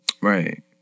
Right